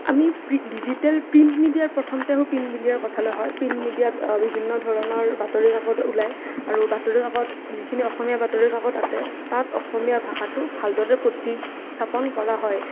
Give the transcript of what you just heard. আমি digital print media প্ৰথমে আহোঁ প্ৰিণ্ট মিডিয়াৰ কথালৈ আহোঁ প্ৰিণ্ট মিডিয়াত বিভিন্ন ধৰণৰ বাতৰি কাকত ওলায় আৰু বাতৰি কাকত যিখিনি অসমীয়া বাতৰি কাকত আছে তাত অসমীয়া ভাষাটো ভালদৰে প্ৰতিস্থাপন কৰা হয়